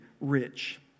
rich